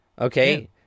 Okay